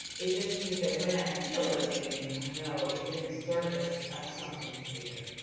it just means that when i feel those things i know it's in the service of something greater.